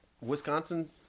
Wisconsin